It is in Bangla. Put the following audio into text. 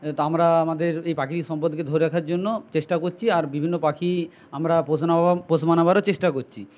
তো আমরা আমাদের এই প্রাকৃতিক সম্পদকে ধরে রাখার জন্য চেষ্টা করছি আর বিভিন্ন পাখি আমরা পোষনাবা পোষ মানাবারও চেষ্টা করছি